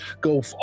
go